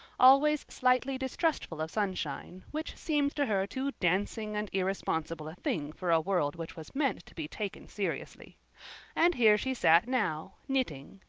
always slightly distrustful of sunshine, which seemed to her too dancing and irresponsible a thing for a world which was meant to be taken seriously and here she sat now, knitting,